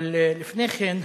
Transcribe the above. אבל לפני כן,